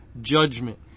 judgment